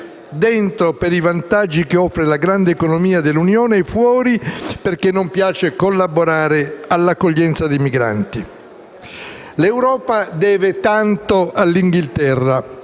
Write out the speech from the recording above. dentro per i vantaggi che offre la grande economia dell'Unione e fuori perché non piace collaborare all'accoglienza dei migranti. L'Europa deve tanto al Regno